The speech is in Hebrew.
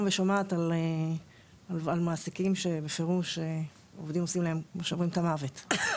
ושומעת על מעסיקים שבפירוש עובדים עושים להם את המוות כמו שאומרים.